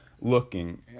looking